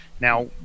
Now